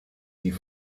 die